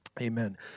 Amen